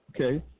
Okay